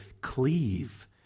cleave